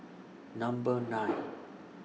Number nine